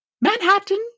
Manhattan